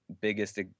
biggest